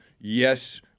yes